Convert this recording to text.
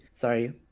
sorry